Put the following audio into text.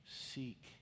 Seek